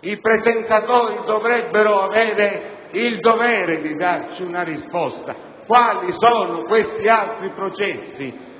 I presentatori dovrebbero avere il dovere di dare risposta alla domanda su questi altri processi,